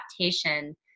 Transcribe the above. adaptation